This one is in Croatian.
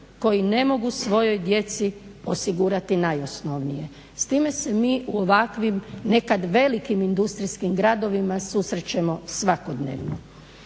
koji ne mogu svojoj djeci osigurati najosnovnije. S time se mi u ovakvim nekad velikim industrijskim gradovima susrećemo svakodnevno.